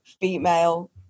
female